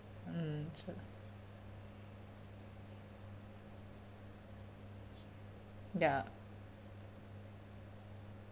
mm ya